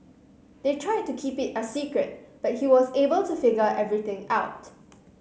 they tried to keep it a secret but he was able to figure everything out